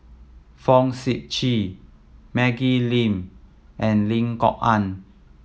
Fong Sip Chee Maggie Lim and Lim Kok Ann